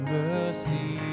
mercy